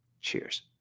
Cheers